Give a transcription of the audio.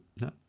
No